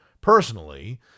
personally